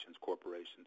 corporations